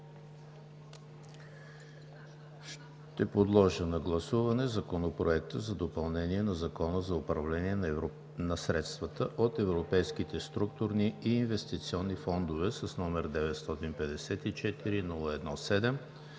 Подлагам на гласуване Законопроект за допълнение на Закона за управление на средствата от европейските структурни и инвестиционни фондове с № 954-01-7,